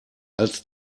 als